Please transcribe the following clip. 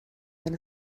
than